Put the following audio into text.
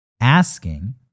asking